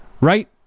Right